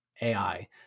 AI